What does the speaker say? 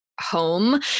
home